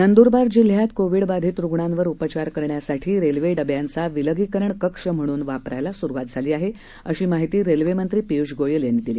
नंद्रबार जिल्ह्यात कोविड बाधित रुग्णांवर उपचार करण्यासाठी रेल्वे डब्यांचा विलगीकरण कक्ष म्हणून वापरायला सुरुवात झाली आहे अशी माहिती रेल्वेमंत्री पियूष गोयल यांनी दिली